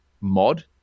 mod